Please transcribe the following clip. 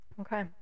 Okay